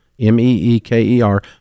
M-E-E-K-E-R